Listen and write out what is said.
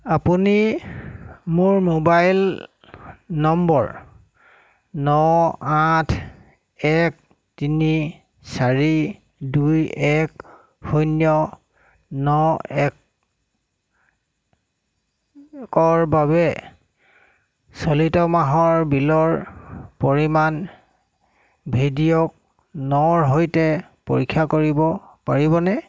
আপুনি মোৰ মোবাইল নম্বৰ ন আঠ এক তিনি চাৰি দুই এক শূন্য ন একৰ বাবে চলিত মাহৰ বিলৰ পৰিমাণ ভিডিঅ' নৰ সৈতে পৰীক্ষা কৰিব পাৰিবনে